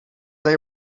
they